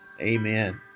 Amen